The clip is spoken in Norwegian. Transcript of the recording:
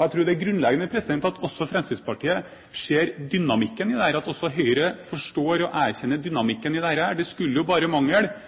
Jeg tror det er grunnleggende at også Fremskrittspartiet ser dynamikken i dette, og at også Høyre forstår og erkjenner dynamikken i dette. Det skulle jo